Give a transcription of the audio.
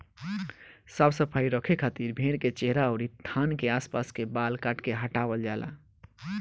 साफ सफाई रखे खातिर भेड़ के चेहरा अउरी थान के आस पास के बाल काट के हटावल जाला